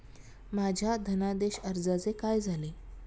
माझ्या धनादेश अर्जाचे काय झाले?